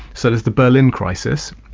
so there's the berlin crisis,